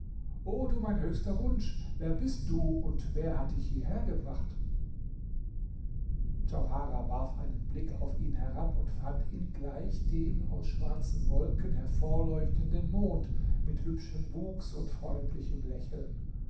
o du mein höchster wunsch wer bist du und wer hat dich hierher gebracht djauharah warf einen blick auf ihn herab und fand ihn gleich dem aus schwarzen wolken hervorleuchtenden mond mit hübschem wuchs und freundlichem lächeln